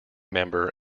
member